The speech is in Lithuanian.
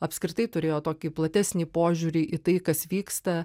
apskritai turėjo tokį platesnį požiūrį į tai kas vyksta